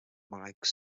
mike